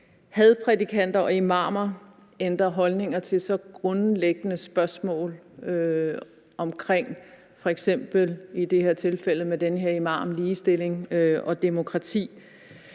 hadprædikanter og imamer ændrer holdning til så grundlæggende spørgsmål om – f.eks. i det her tilfælde med den her imam – ligestilling og demokrati